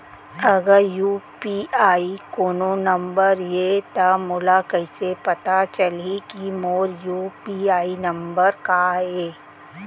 अगर यू.पी.आई कोनो नंबर ये त मोला कइसे पता चलही कि मोर यू.पी.आई नंबर का ये?